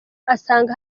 asanga